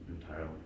entirely